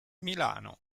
milano